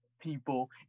people